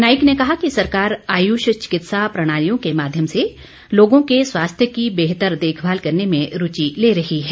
नाइक ने कहा कि सरकार आयुष चिकित्सा प्रणालियों के माध्यम से लोगों के स्वास्थ्य की बेहतर देखभाल करने में रुचि ले रही है